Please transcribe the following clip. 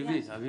תעצרי.